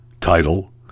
title